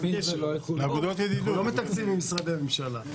אנחנו לא מתקצבים משרדי ממשלה.